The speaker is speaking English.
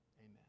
Amen